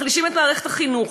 מחלישים את מערכת החינוך,